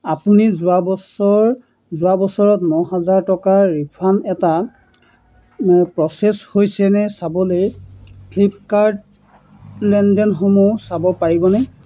আপুনি যোৱা বছৰ যোৱা বছৰত নহাজাৰ টকাৰ ৰিফাণ্ড এটা প্ৰচেছ হৈছে নে চাবলৈ ফ্লিপকাৰ্ট লেনদেনসমূহ চাব পাৰিবনে